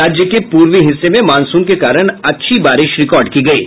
राज्य के पूर्वी हिस्सें में मॉनसून के कारण अच्छी बारिश हयी है